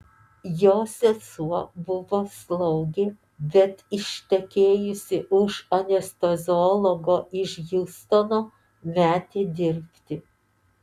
jo sesuo buvo slaugė bet ištekėjusi už anesteziologo iš hjustono metė dirbti